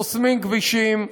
חוסמים כבישים.